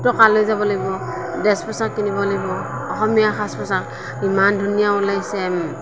টকা লৈ যাব লাগিব ডেছ পোছাক কিনিব লাগিব অসমীয়া সাজ পোছাক ইমান ধুনীয়া ওলাইছে